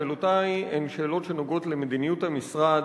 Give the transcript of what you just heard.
שאלותי הן שאלות שנוגעות למדיניות המשרד